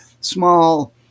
small